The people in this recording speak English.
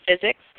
physics